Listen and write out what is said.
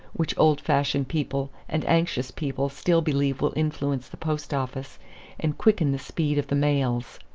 which old-fashioned people and anxious people still believe will influence the post-office and quicken the speed of the mails.